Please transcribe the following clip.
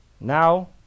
Now